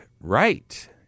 Right